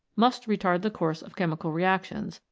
must retard the course of chemical reactions,